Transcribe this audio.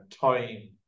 time